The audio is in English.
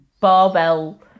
barbell